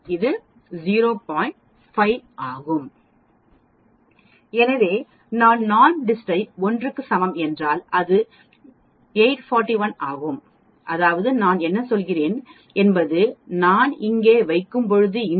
5 ஆகும் எனவே நான் NORMSDIST ஐ 1 க்கு சமம் என்றால் அது 841 ஆகும் அதாவது நான் என்ன சொல்கிறேன் என்பது நான் இங்கே வைக்கும் போது இந்த பகுதி 0